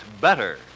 better